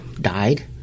died